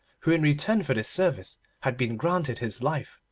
who in return for this service had been granted his life,